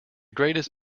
greatest